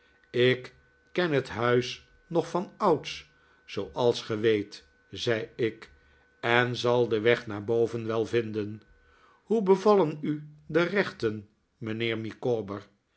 ik ken het huis nog vanouds zooals ge weet zei ik en zal den weg naar boven wel vinden hoe bevallen u de rechten mijnheer micawber